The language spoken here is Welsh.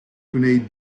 gwneud